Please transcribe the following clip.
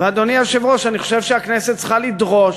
אדוני היושב-ראש, אני חושב שהכנסת צריכה לדרוש,